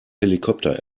helikopter